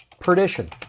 perdition